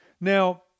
Now